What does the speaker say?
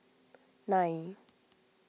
nine